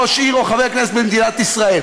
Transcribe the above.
ראש עיר או חבר כנסת במדינת ישראל.